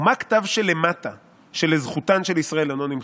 ומה כתב שלמטה שלזכותן של ישראל אינו נמחק"